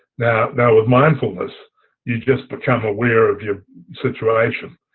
now now with mindfulness you just become aware of your situation,